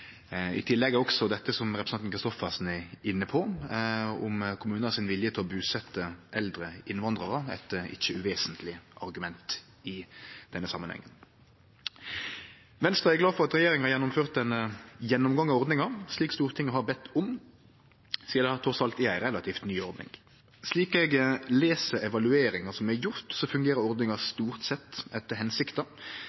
I tillegg er det som representanten Christoffersen er inne på, kommunane sin vilje til å busetje eldre innvandrarar, eit ikkje uvesentleg argument i denne samanhengen. Venstre er glad for at regjeringa har gjennomført ein gjennomgang av ordninga, slik Stortinget har bedt om, sidan det trass alt er ei relativt ny ordning. Slik eg les evalueringa som er gjord, fungerer ordninga